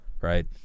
right